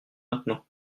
maintenant